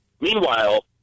Meanwhile